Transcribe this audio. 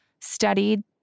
studied